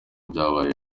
byabaye